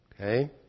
Okay